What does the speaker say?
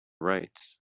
rights